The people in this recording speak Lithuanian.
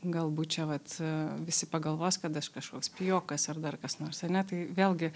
galbūt čia vat visi pagalvos kad aš kažkoks pijokas ar dar kas nors ane tai vėlgi